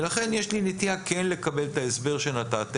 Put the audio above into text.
ולכן יש לי נטייה כן לקבל את ההסבר שנתתם,